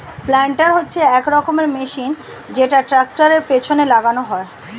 planter হচ্ছে এক রকমের মেশিন যেটা ট্র্যাক্টরের পেছনে লাগানো হয়